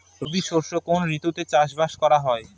রবি শস্য কোন ঋতুতে চাষাবাদ করা হয়?